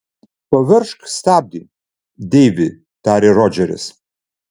paveržk stabdį deivi tarė rodžeris